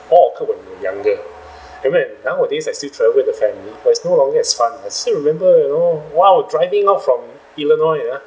all occurred when we were younger even when nowadays I still travel with the family but it's no longer fun I still remember you know !wow! driving out from illinois uh